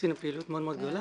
עשינו פעילות מאוד גדולה.